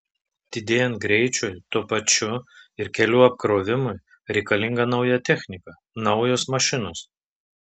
didėjant greičiui tuo pačiu ir kelių apkrovimui reikalinga nauja technika naujos mašinos